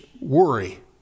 worry